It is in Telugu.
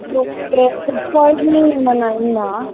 ఓకే ఫుడ్ పాయిజను ఏమన్న అయిందా